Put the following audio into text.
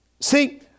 See